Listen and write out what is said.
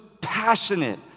passionate